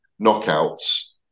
knockouts